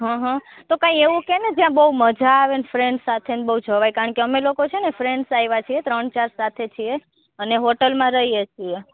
હં હં તો કાંઇ એવું કહે ને જ્યાં બહુ મજા આવે ને ફ્રેન્ડ સાથે ને બહુ જવાય કારણકે અમે લોકો છે ને ફ્રેન્ડ્સ આવ્યા છીએ ત્રણ ચાર સાથે છીએ અને હોટલમાં રહીએ છીએ